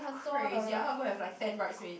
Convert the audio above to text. crazy I'm not going to have like ten bridesmaids